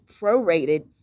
prorated